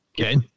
Okay